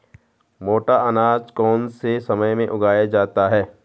मोटा अनाज कौन से समय में उगाया जाता है?